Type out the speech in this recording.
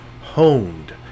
honed